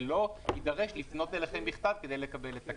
ולא יידרש לפנות אליכם בכתב כדי לקבל את הכסף.